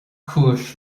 cúis